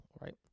right